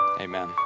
Amen